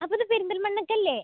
അപ്പം ഇത് പെരിന്തൽമണ്ണയ്ക്കല്ലേ